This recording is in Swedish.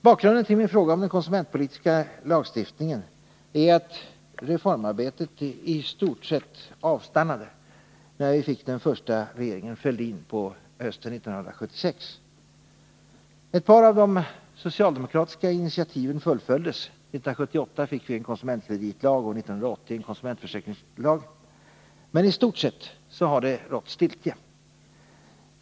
Bakgrunden till min fråga om den konsumentpolitiska lagstiftningen är att reformarbetet i stort sett avstannade när vi fick den första regeringen Fälldin på hösten 1976. Ett par av de socialdemokratiska initiativen fullföljdes. 1978 fick vi en konsumentkreditlag och 1980 en konsumentförsäkringslag, men i stort sett har det rått stiltje.